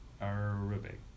Arabic